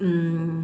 mm